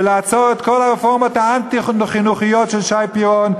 לעצור את כל הרפורמות האנטי-חינוכיות של שי פירון,